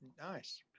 Nice